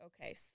okay